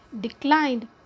declined